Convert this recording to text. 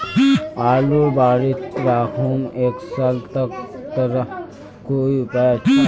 आलूर बारित राखुम एक साल तक तार कोई उपाय अच्छा?